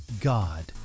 God